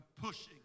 pushing